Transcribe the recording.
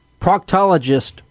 Proctologist